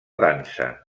dansa